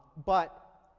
but,